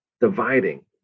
dividing